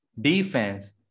Defense